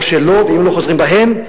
ואם הם לא חוזרים בהם,